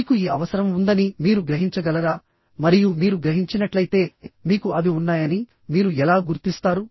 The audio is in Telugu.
మీకు ఈ అవసరం ఉందని మీరు గ్రహించగలరా మరియు మీరు గ్రహించినట్లయితే మీకు అవి ఉన్నాయని మీరు ఎలా గుర్తిస్తారు